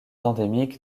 endémique